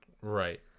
Right